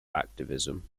activism